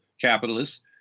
capitalists